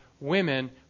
women